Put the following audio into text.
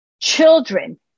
Children